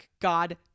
God